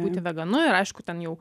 būti veganu ir aišku ten jau